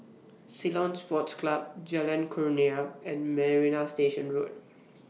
Ceylon Sports Club Jalan Kurnia and Marina Station Road